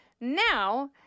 Now